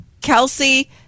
kelsey